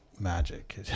magic